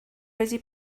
wedi